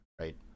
right